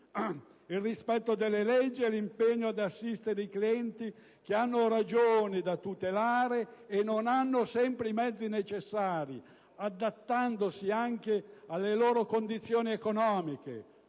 il rispetto delle leggi e l'impegno ad assistere i clienti che hanno ragioni da tutelare e non hanno sempre i mezzi necessari, adattandosi anche alle loro condizioni economiche.